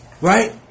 Right